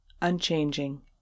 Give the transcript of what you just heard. unchanging